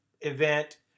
event